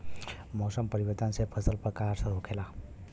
मौसम परिवर्तन से फसल पर का असर होखेला?